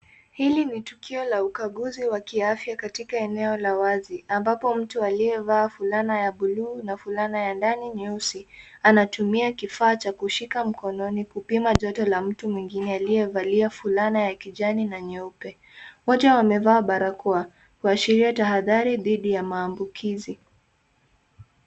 Hili ni tukio la ukaguzi wa kiafya katika eneo la wazi ambapo mtu aliyevaa fulana ya buluu na fulana ya ndani nyeusi anatumia kifaa cha kushika mkono kupima joto la mtu mwingine aliyevalia fulana ya kijani na nyeupe . Wote wamevaa barakoa kuashiria tahadhari dhidi ya maambukizi.